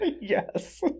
yes